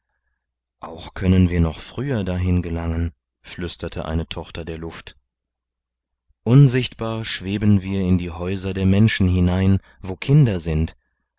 auch können wir noch früher dahin gelangen flüsterte eine tochter der luft unsichtbar schweben wir in die häuser der menschen hinein wo kinder sind